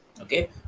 Okay